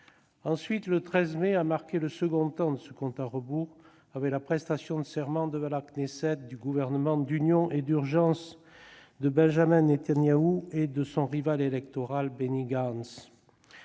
d'Israël. Le 13 mai a marqué le second temps de ce compte à rebours, avec la prestation de serment devant la Knesset du gouvernement d'union et d'urgence de Benjamin Netanyahou et de son rival électoral Benny Gantz.